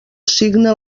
signa